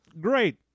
Great